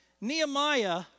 Nehemiah